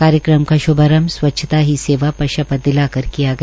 कार्यक्रम का श्भांरभ स्वच्छता ही सेवा पर शपथ दिला कर किश गया